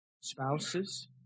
spouses